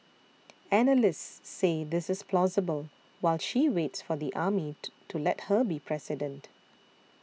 analysts say this is plausible while she waits for the army to to let her be president